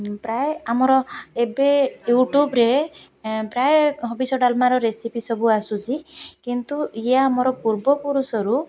ପ୍ରାୟ ଆମର ଏବେ ୟୁଟ୍ୟୁବ୍ରେ ପ୍ରାୟ ହବିଷ ଡାଲମାର ରେସିପି ସବୁ ଆସୁଛି କିନ୍ତୁ ଇୟେ ଆମର ପୂର୍ବପୁରୁଷରୁ